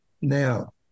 now